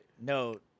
No